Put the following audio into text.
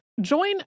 Join